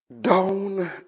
down